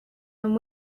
and